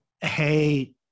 hey